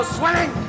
swimming